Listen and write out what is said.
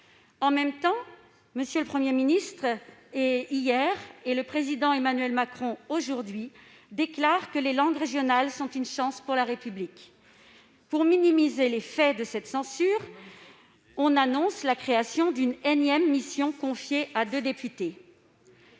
En même temps, le Premier ministre, hier, et le Président de la République, aujourd'hui, déclarent que « les langues régionales sont une chance pour la République ». Pour minimiser l'effet de cette censure, on annonce la création d'une énième mission, confiée à deux députés.